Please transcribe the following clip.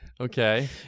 Okay